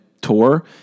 tour